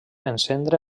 encendre